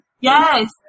Yes